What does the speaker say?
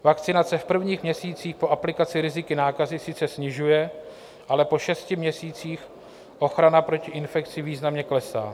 Vakcinace v prvních měsících po aplikaci riziko nákazy sice snižuje, ale po šesti měsících ochrana proti infekci významně klesá.